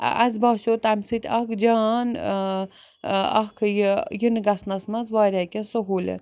اسہِ باسیٛو تَمہِ سۭتۍ اَکھ جان ٲں ٲں اَکھ یہِ ینہٕ گژھنَس منٛز واریاہ کیٚنٛہہ سہوٗلیت